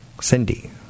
Cindy